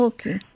Okay